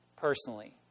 personally